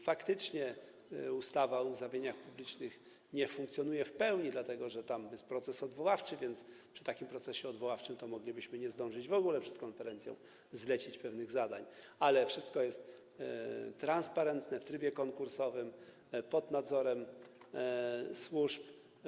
Faktycznie ustawa o zamówieniach publicznych nie funkcjonuje w pełni, dlatego że tam jest proces odwoławczy, a przy takim procesie odwoławczym moglibyśmy w ogóle nie zdążyć przed konferencją zlecić pewnych zadań, ale wszystko jest transparentne, w trybie konkursowym, pod nadzorem służb.